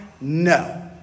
no